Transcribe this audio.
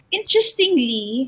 interestingly